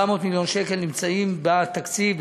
400 מיליון השקלים נמצאים בתקציב,